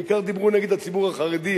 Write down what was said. בעיקר דיברו נגד הציבור החרדי,